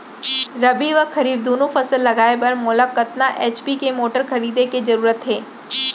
रबि व खरीफ दुनो फसल लगाए बर मोला कतना एच.पी के मोटर खरीदे के जरूरत हे?